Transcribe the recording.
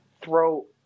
throw